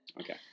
Okay